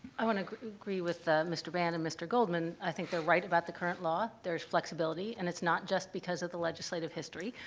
i want to agree with mr. band and mr. goldman. i think they're right about the current law. there's flexibility and it's not just because of the legislative history.